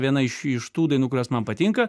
viena iš iš tų dainų kurios man patinka